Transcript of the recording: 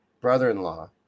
brother-in-law